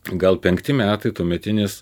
gal penkti metai tuometinis